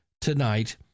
tonight